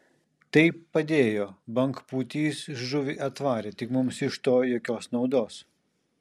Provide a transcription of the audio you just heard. tai padėjo bangpūtys žuvį atvarė tik mums iš to jokios naudos